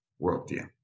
worldview